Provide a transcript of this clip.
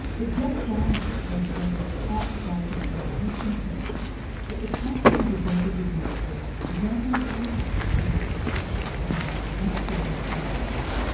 but jack james has been outspoken about his concern that the caffeinated beverages industry doesn't like public discussion about this sort of science.